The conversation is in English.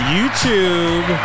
YouTube